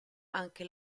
anche